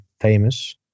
famous